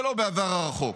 ולא בעבר הרחוק.